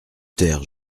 taire